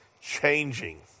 changing